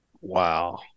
Wow